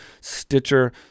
stitcher